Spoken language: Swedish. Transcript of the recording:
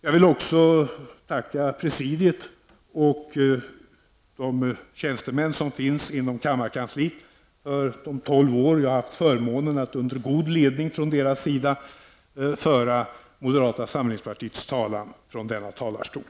Jag vill också tacka presidiet och tjänstemännen inom kammarkansliet för de tolv år jag har haft förmånen att, under god ledning från deras sida, föra moderata samlingspartiets talan från denna talarstol.